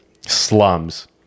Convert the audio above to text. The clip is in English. slums